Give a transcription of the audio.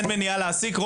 אין מניעה להעסיק?